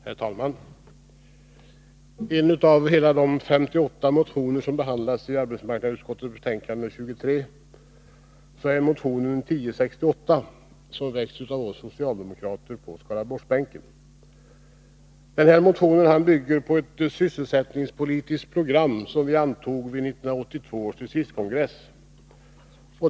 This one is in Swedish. Herr talman! En av hela 58 motioner som behandlas i arbetsmarknadsutskottets betänkande 23 är nr 1068, som väckts av oss socialdemokrater på Skaraborgsbänken. Den motionen bygger på ett sysselsättningspolitiskt program som vi antog vid 1982 års distriktskongress.